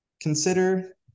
consider